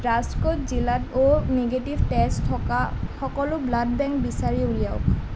ৰাজকোট জিলাত O negative তেজ থকা সকলো ব্লাড বেংক বিচাৰি উলিয়াওক